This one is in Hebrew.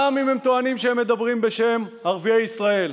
גם אם הם טוענים שהם מדברים בשם ערביי ישראל.